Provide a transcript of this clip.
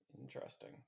Interesting